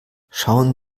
schauen